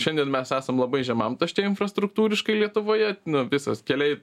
šiandien mes esam labai žemam taške infrastruktūriškai lietuvoje nu visas keliai